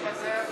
ההצבעה ונתפזר?